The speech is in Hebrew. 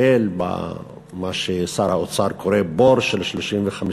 לטפל במה ששר האוצר קורא "בור של 35 מיליארד",